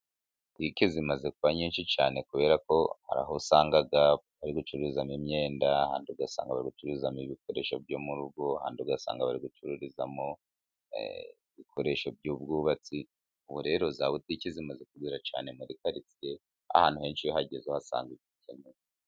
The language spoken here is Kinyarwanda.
Butiki zimaze kuba nyinshi cyane, kubera ko hari aho usanga bari gucuruzamo imyenda, ahandi ugasanga barucururizamo ibikoresho byo mu rugo, ahandi ugasanga baribicururizamo ibikoresho by'ubwubatsi. Ubu rero za butiki zimaze kuzura cyane muri karitsiye ,ahantu heshi uhageze uhasanga ibyukeneye.